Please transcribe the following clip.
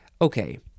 Okay